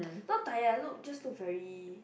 not tired lah look just look very